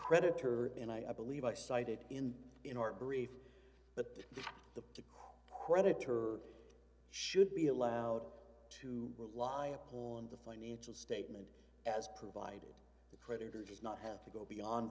creditor and i believe i cited in in our brief but that the creditor should be allowed to rely upon the financial statement as provided the creditor does not have to go beyond